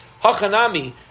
Hachanami